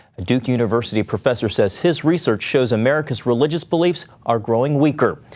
a duke university professor says his research shows america's religious beliefs are growing weaker.